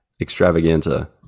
extravaganza